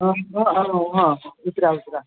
हं हं हं हं उतरा उतरा